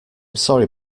sorry